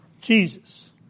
Jesus